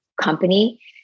company